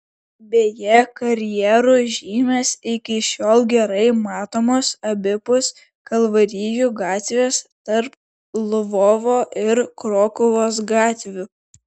beje karjerų žymės iki šiol gerai matomos abipus kalvarijų gatvės tarp lvovo ir krokuvos gatvių